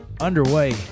underway